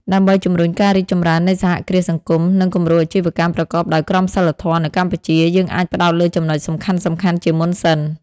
ដើម្បីជំរុញការរីកចម្រើននៃសហគ្រាសសង្គម និងគំរូអាជីវកម្មប្រកបដោយក្រមសីលធម៌នៅកម្ពុជា យើងអាចផ្តោតលើចំណុចសំខាន់ៗជាមុនសិន ។